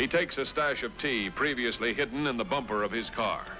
he takes a stash of tea previously hidden in the bumper of his car